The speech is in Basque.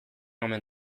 omen